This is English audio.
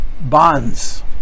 bonds